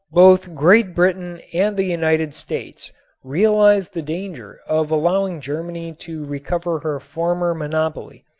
both great britain and the united states realized the danger of allowing germany to recover her former monopoly,